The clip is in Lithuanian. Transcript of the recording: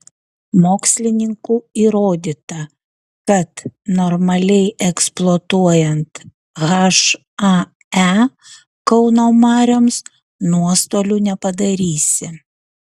mokslininkų įrodyta kad normaliai eksploatuojant hae kauno marioms nuostolių nepadarysi